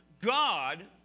God